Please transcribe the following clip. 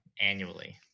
annually